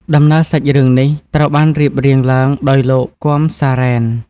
ដំណើរសាច់រឿងនេះត្រូវបានរៀបរៀងឡើងដោយលោក គាំ សារ៉ែន។